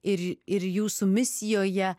ir ir jūsų misijoje